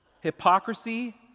Hypocrisy